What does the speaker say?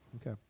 Okay